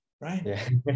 right